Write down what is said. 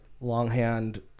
longhand